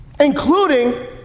including